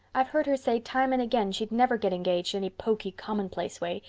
i've heard her say time and again she'd never get engaged any poky commonplace way.